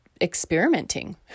experimenting